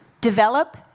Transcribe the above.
develop